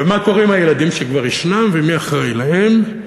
ומה קורה עם הילדים שכבר ישנם, ומי אחראי להם?